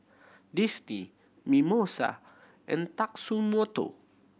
Disney Mimosa and Tatsumoto